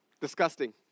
disgusting